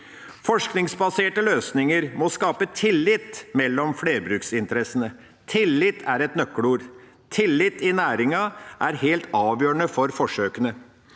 Forskningsbaserte løsninger må skape tillit mellom flerbruksinteressene. Tillit er et nøkkelord. Tillit i næringen er helt avgjørende for forsøkene.